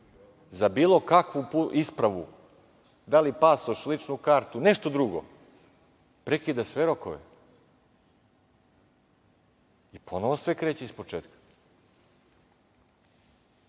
za bilo kakvu ispravu, da li pasoš, ličnu kartu, nešto drugo, prekida sve rokove i ponovo sve kreće ispočetka. Problem